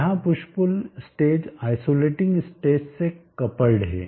यहाँ push pull stage isolating stage से coupled है